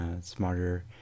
smarter